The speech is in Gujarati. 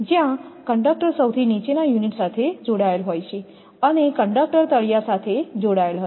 જ્યાં કંડક્ટર સૌથી નીચેના યુનિટ સાથે જોડાયેલ હોય છે અને કંડક્ટર તળિયા સાથે જોડાયેલ હશે